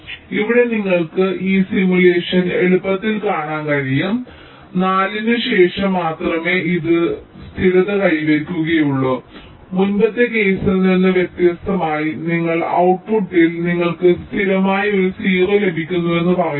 അതിനാൽ ഇവിടെ നിങ്ങൾക്ക് ഈ സിമുലേഷൻ എളുപ്പത്തിൽ കാണാൻ കഴിയും 4 ന് ശേഷം മാത്രമേ ഇത് സ്ഥിരത കൈവരിക്കുകയുള്ളൂ മുമ്പത്തെ കേസിൽ നിന്ന് വ്യത്യസ്തമായി നിങ്ങൾ ഔട്ട്പുട്ടിൽ നിങ്ങൾക്ക് സ്ഥിരമായ ഒരു 0 ലഭിക്കുന്നുവെന്ന് നിങ്ങൾ പറയുന്നു